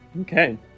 Okay